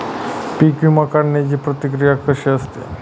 पीक विमा काढण्याची प्रक्रिया कशी असते?